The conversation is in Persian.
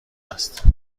است